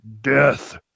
death